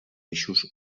eixos